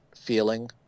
feeling